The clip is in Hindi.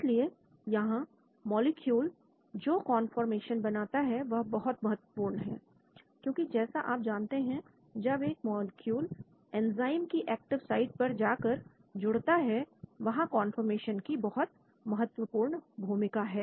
इसलिए यहां मॉलिक्यूल जो कौनफॉरमेशन बनाता है वह बहुत महत्वपूर्ण है क्योंकि जैसा आप जानते हैं जब एक मॉलिक्यूल एंजाइम की एक्टिव साइट पर जाकर जुड़ता है वहां कौनफॉरमेशन की बहुत महत्वपूर्ण भूमिका है